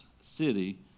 city